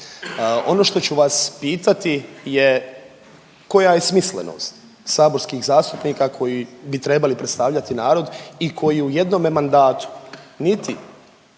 Ono što ću vas pitati je koja je smislenost saborskih zastupnika koji bi trebali predstavljati narod i koji u jednome mandatu niti